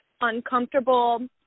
uncomfortable